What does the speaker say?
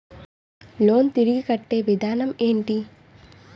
Loan తిరిగి కట్టే విధానం ఎంటి?